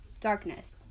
Darkness